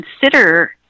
consider